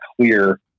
clear